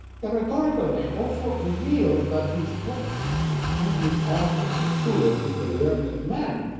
the rhetorical name also reveals that his proxy, his stand-in author, the steward, is a learned man.